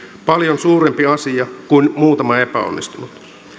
paljon suurempi asia kuin muutama epäonnistunut